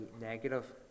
negative